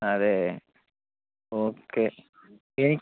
അതേ ഓക്കെ ഇനി